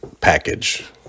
package